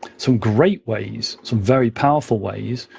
some great ways, some very powerful ways,